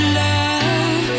love